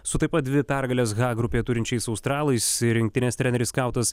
su taip pat dvi pergales h grupėje turinčiais australais rinktinės treneris skautas